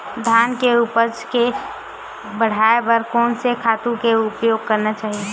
धान के उपज ल बढ़ाये बर कोन से खातु के उपयोग करना चाही?